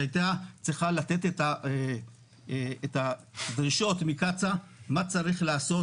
שהיתה צריכה לקבל את הדרישות מקצא"א מה צריך לעשות